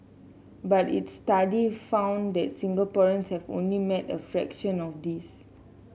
but its study found that Singaporeans have only met a fraction of this